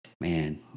man